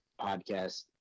podcast